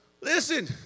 Listen